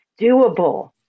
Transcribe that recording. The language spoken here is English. doable